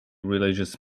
religious